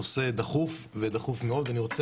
דחוף, ודחוף מאוד.